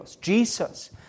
Jesus